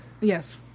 Yes